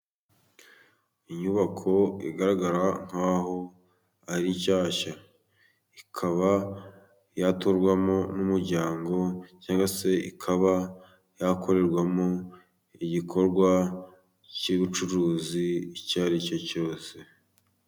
Inyubako igaragara nk'aho ari shyashya. Ikaba yaturwamo n'umuryango cyangwa se ikaba yakorerwamo igikorwa cy'ubucuruzi icya ari cyo cyose.